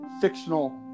fictional